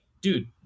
dude